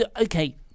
Okay